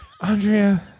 Andrea